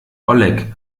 oleg